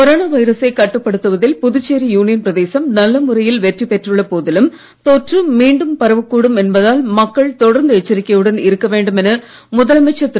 corona வைரசை கட்டுப்படுத்துவதில் Puducherry union பிரதேசம் நல்லமுறையில் வெற்றி பெற்றுள்ள போதிலும் தொற்று மீண்டும் பரவக் கூடும் என்பதால் மக்கள் தொடர்ந்து எச்சரிக்கையுடன் இருக்க வேண்டும் என முதலமைச்சர் திரு